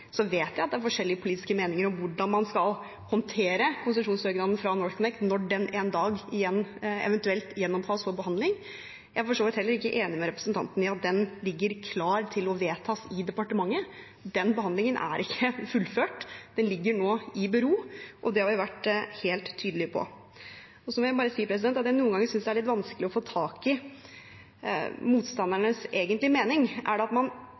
Jeg vet at det er forskjellige politiske meninger om hvordan man skal håndtere konsesjonssøknaden fra NorthConnect, når den en dag eventuelt igjen gjenopptas for behandling. Jeg er for så vidt heller ikke enig med representanten i at den ligger klar til å vedtas i departementet. Den behandlingen er ikke fullført. Den ligger nå i bero, og det har vi vært helt tydelig på. Jeg må si at jeg noen ganger synes det er litt vanskelig å få tak i motstandernes egentlige mening. Er det at man